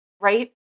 right